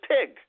pig